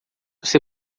você